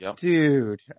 Dude